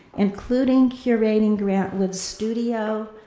including curating grant wood's studio,